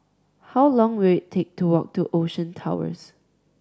how long will take to walk to Ocean Towers